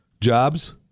jobs